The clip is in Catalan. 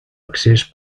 accés